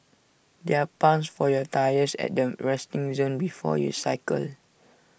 there are pumps for your tyres at the resting zone before you cycle